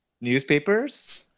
newspapers